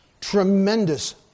tremendous